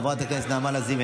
חברת הכנסת נעמה לזימי,